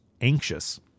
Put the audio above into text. anxious